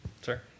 Sir